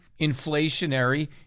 inflationary